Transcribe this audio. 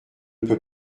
peut